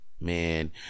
man